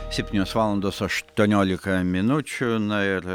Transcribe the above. septynios valandos aštuoniolika minučių na ir